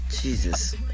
Jesus